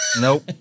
Nope